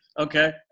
Okay